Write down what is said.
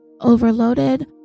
overloaded